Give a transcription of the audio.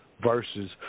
Versus